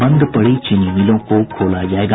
बंद पड़ी चीनी मिलों को खोला जायेगा